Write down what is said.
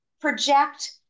project